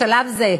בשלב זה,